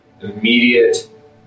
immediate